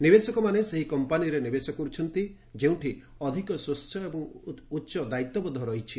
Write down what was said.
ନିବେଶକମାନେ ସେହି କମ୍ପାନୀରେ ନିବେଶ କରୁଛନ୍ତି ଯେଉଁଠି ଅଧିକ ସ୍ୱଚ୍ଛ ଏବଂ ଉଚ୍ଚ ଦାୟିତ୍ୱବୋଧ ରହିଛି